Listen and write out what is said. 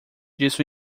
disse